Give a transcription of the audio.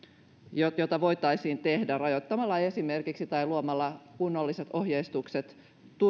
mitä voitaisiin tehdä esimerkiksi luomalla kunnolliset ohjeistukset